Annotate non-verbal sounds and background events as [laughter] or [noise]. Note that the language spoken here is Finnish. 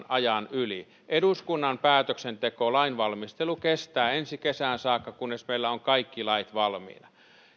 [unintelligible] ajan yli eduskunnan päätöksenteko lainvalmistelu kestää ensi kesään saakka kunnes meillä on kaikki lait valmiina